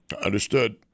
Understood